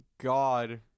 God